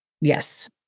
Yes